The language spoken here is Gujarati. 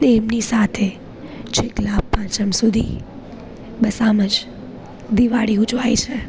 ને એમની સાથે છેક લાભ પાંચમ સુધી બસ આમ જ દિવાળી ઉજવાય છે